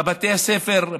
בבתי הספר,